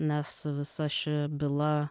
nes visa ši byla